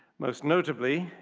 most notably,